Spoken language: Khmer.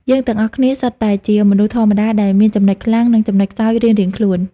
យើងទាំងអស់គ្នា សុទ្ធតែជាមនុស្សធម្មតាដែលមានចំណុចខ្លាំង និងចំណុចខ្សោយរៀងៗខ្លួន។